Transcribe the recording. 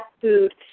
food